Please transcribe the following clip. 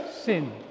sin